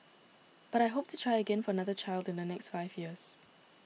but I hope to try again for another child in the next five years